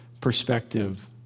perspective